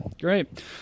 Great